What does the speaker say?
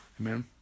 Amen